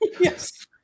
Yes